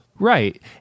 Right